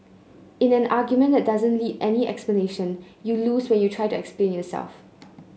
in an argument that doesn't need any explanation you lose when you try to explain yourself